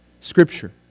Scripture